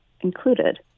included